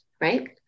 Right